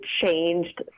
changed